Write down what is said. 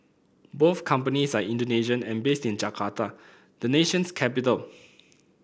both companies are Indonesian and based in Jakarta the nation's capital